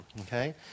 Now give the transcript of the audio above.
okay